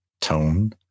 tone